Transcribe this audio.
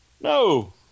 No